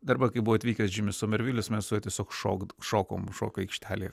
arba kai buvo atvykęs džimis somervilis mes tiesiog šok šokom šokių aikštelėje